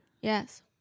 Yes